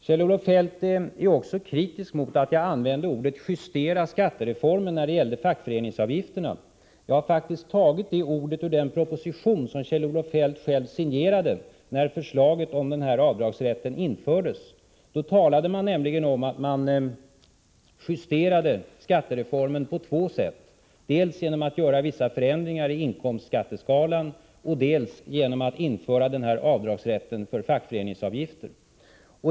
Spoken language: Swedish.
Kjell-Olof Feldt är också kritisk mot att jag när det gällde fackföreningsavgifterna använde uttryckssättet ”justera skattereformen”. Jag har faktiskt hämtat de orden från den av Kjell-Olof Feldt själv signerade proposition där förslaget om avdragsrätten framfördes. Där talades det nämligen om att man skulle justera skattereformen på två sätt, dels genom att göra vissa förändringar i inkomstskatteskalan, dels genom att införa rätt till avdrag för fackföreningsavgifter.